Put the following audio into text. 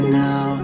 now